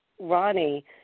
Ronnie